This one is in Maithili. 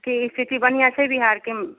की स्थिति बढ़िआँ छै बिहारके